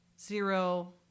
zero